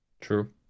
True